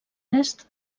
oest